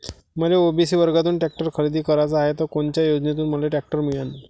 मले ओ.बी.सी वर्गातून टॅक्टर खरेदी कराचा हाये त कोनच्या योजनेतून मले टॅक्टर मिळन?